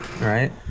Right